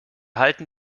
halten